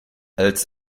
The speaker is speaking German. als